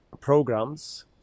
programs